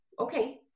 okay